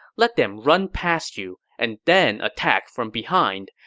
let them run past you and then attack from behind.